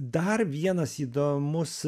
dar vienas įdomus